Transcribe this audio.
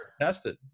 tested